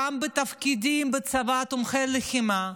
גם בתפקידים בצבא, תומכי לחימה,